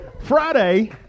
Friday